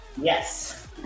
Yes